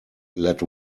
let